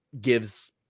gives